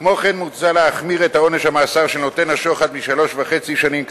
כמו כן מוצע להחמיר את עונש המאסר של נותן השוחד משלוש שנים וחצי,